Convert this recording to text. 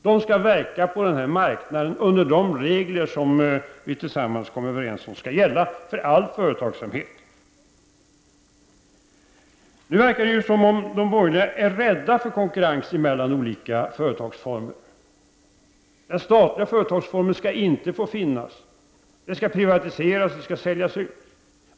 De skall verka på marknaden inom de regler som vi tillsammans kommer överens om skall gälla för all företagsamhet. Nu verkar det som om de borgerliga är rädda för konkurrens mellan olika företagsformer. Den statliga företagsformen skall inte få finnas, anser de. Statliga företag skall säljas ut och privatiseras!